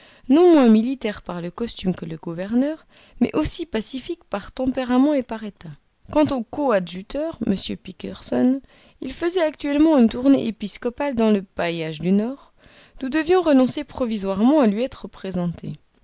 non moins militaire par le costume que le gouverneur mais aussi pacifique par tempérament et par état quant au coadjuteur m pictursson il faisait actuellement une tournée épiscopale dans le bailliage du nord nous devions renoncer provisoirement à lui être présentés